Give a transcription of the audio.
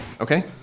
Okay